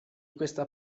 questa